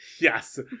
Yes